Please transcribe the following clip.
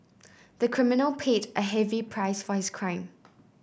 the criminal paid a heavy price for his crime